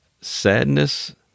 sadness